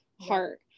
heart